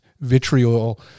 vitriol